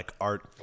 art